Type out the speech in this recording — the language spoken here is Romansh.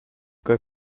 quei